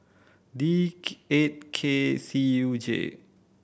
D eight K C U J